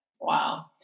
Wow